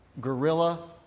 guerrilla